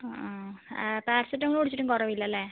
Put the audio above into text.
അ paracetamol കുടിച്ചിട്ടും കുറവില്ലല്ലേ